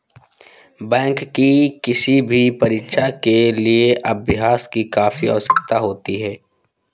bank की किसी भी परीक्षा के लिए अभ्यास की काफी आवश्यकता होती है